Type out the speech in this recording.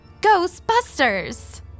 Ghostbusters